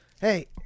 Hey